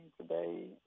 today